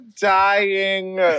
dying